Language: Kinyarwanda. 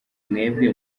mwebwe